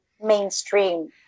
mainstream